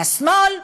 השמאל,